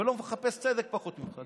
ולא מחפש צדק פחות ממך.